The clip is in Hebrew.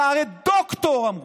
אתה הרי דוקטור, אמרו.